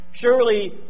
Surely